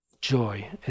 Joy